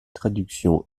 traduction